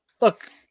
Look